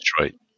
Detroit